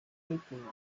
waiting